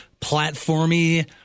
platformy